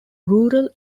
rural